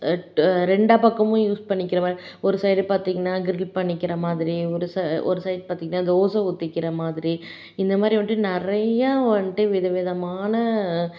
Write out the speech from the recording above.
to ரெண்டா பக்கமும் use பண்ணிக்கிற மாதிரி ஒரு சைடு பார்த்தீங்கன்னா க்ரில் பண்ணிக்கிற மாதிரி ஒரு ச ஒரு சைடு பார்த்தீங்கன்னா தோசை ஊத்திக்கிற மாதிரி இந்த மாதிரி வந்துட்டு நிறைய வந்துட்டு விதவிதமான